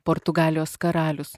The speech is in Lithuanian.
portugalijos karalius